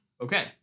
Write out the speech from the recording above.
Okay